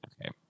okay